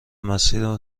مسیر